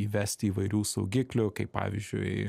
įvesti įvairių saugiklių kaip pavyzdžiui